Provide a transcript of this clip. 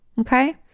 Okay